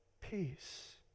peace